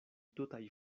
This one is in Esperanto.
tutaj